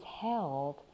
held